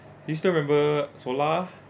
you still remember solar